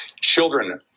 Children